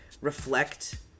reflect